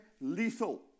lethal